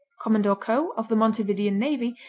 commodore coe, of the montevidian navy,